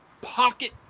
Pocket